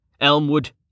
Elmwood